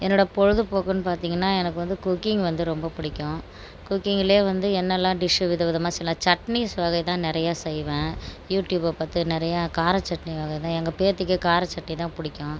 என்னோடய பொழுதுபோக்குன்னு பார்த்தீங்கன்னா எனக்கு வந்து குக்கிங் வந்து ரொம்ப பிடிக்கும் குக்கிங்கில் வந்து என்னெல்லாம் டிஷ்ஷு விதவிதமா செய்யலாம் சட்னிஸ் வகை தான் நிறையா செய்வேன் யூடியூபை பார்த்து நிறையா கார சட்னி வகை தான் எங்கே பேத்திக்கு கார சட்னிதான் பிடிக்கும்